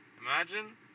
Imagine